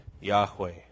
Yahweh